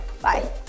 Bye